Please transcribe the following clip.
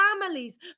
families